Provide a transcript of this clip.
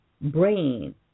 brain